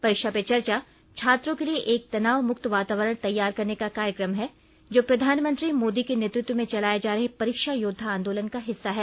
परीक्षा पे चर्चा छात्रों के लिए एक तनाव मुक्त वातावरण तैयार करने का कार्यक्रम है जो प्रधानमंत्री मोदी के नेतृत्व में चलाए जा रहे परीक्षा योद्वा आंदोलन का हिस्सा हैं